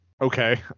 okay